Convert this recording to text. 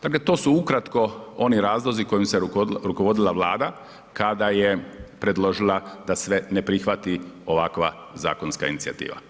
Dakle to su ukratko oni razlozi kojim se rukovodila Vlada kad je predložila da sve ne prihvati ovakva zakonska inicijativa.